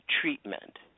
treatment